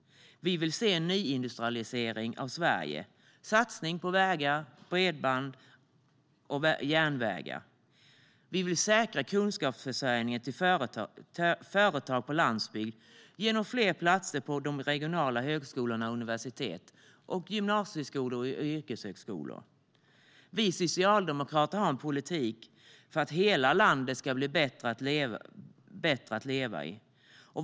Vi vill se en nyindustrialisering av Sverige och satsningar på vägar, bredband och järnvägar. Vi vill säkra kunskapsförsörjningen till företag på landsbygd genom fler platser på regionala högskolor och universitet och på gymnasieskolor och yrkeshögskolor. Vi socialdemokrater har en politik för att hela landet ska bli bättre att leva i.